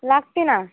लागते ना